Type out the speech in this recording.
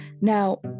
Now